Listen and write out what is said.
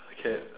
okay